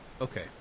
Okay